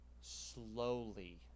slowly